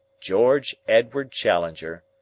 george edward challenger.